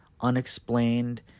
unexplained